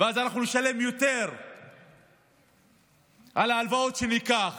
ואז אנחנו נשלם על ההלוואות שניקח